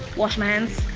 wash my hands.